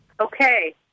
Okay